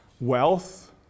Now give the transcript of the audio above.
wealth